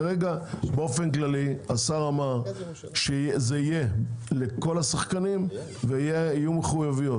כרגע באופן כללי השר אמר שזה יהיה לכל השחקנים ויהיו מחויבויות.